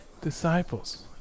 Disciples